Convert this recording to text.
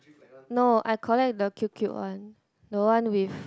no I collect the cute cute one the one with